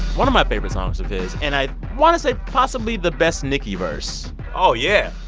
one of my favorite songs of his. and i want to say possibly the best nicki verse oh, yeah.